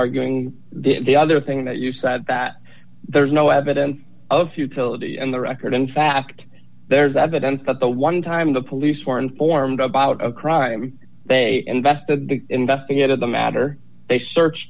arguing the other thing that you said that there's no evidence of futility in the record in fact there is evidence that the one time the police were informed about a crime they invested investigated the matter they searched